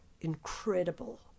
incredible